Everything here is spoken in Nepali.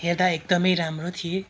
हेर्दा एकदमै राम्रो थियो